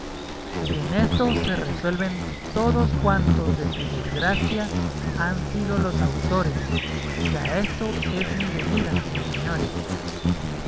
y en esto se resuelven todos cuantos de su desgracia han sido los autores y a esto es mi venida mis señores